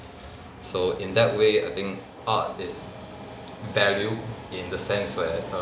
so in that way I think art is valued in the sense where err